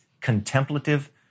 contemplative